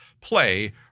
play